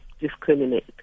discriminate